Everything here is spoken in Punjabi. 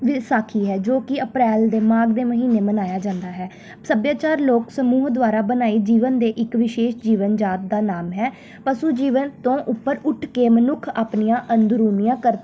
ਵਿਸਾਖੀ ਹੈ ਜੋ ਕਿ ਅਪ੍ਰੈਲ ਦੇ ਮਾਘ ਦੇ ਮਹੀਨੇ ਮਨਾਇਆ ਜਾਂਦਾ ਹੈ ਸੱਭਿਆਚਾਰ ਲੋਕ ਸਮੂਹ ਦੁਆਰਾ ਬਣਾਈ ਜੀਵਨ ਦੇ ਇੱਕ ਵਿਸ਼ੇਸ਼ ਜੀਵਨ ਜਾਤ ਦਾ ਨਾਮ ਹੈ ਪਸ਼ੂ ਜੀਵਨ ਤੋਂ ਉੱਪਰ ਉੱਠ ਕੇ ਮਨੁੱਖ ਆਪਣੀਆਂ ਅੰਦਰੂਨੀਆਂ ਕਰਤ